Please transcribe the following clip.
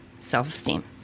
Self-esteem